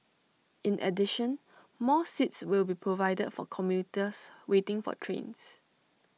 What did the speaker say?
in addition more seats will be provided for commuters waiting for trains